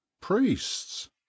priests